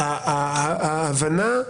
ההבנה,